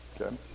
okay